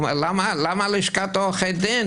למה שלשכת עורכי הדין